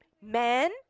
men